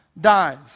dies